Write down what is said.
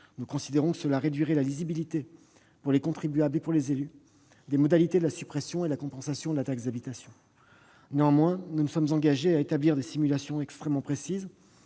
bonne chose. Cela aurait réduit la lisibilité pour les contribuables et les élus des modalités de la suppression et de la compensation de la taxe d'habitation. Néanmoins, le Gouvernement s'est engagé à établir des simulations extrêmement précises,